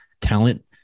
talent